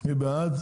מי בעד?